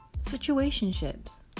situationships